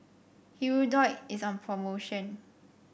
Hirudoid is on promotion